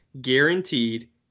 guaranteed